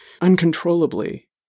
Uncontrollably